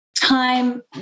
time